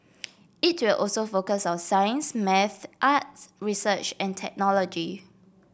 it will also focus on science maths arts research and technology